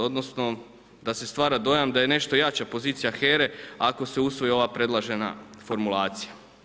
Odnosno da se stvara dojam da je nešto jača pozicija HERA-e ako se usvoji ova predložena formulacija.